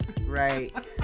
right